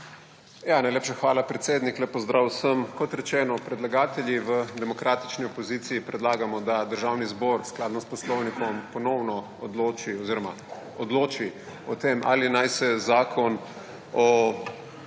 Levica):** Hvala, predsednik. Lep pozdrav vsem. Kot rečeno predlagatelji v demokratični opoziciji predlagamo, da Državni zbor v skladu s Poslovnikom ponovno odloči oziroma odloči o tem ali naj se zakon o